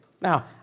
Now